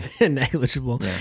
negligible